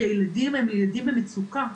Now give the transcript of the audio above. כי הילדים הם ילדים במצוקה.